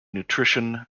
nutrition